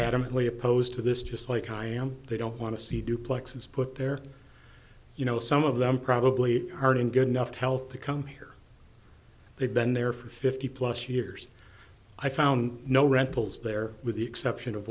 opposed to this just like i am they don't want to see duplex it's put there you know some of them probably aren't in good enough health to come here they've been there for fifty plus years i found no rentals there with the exception of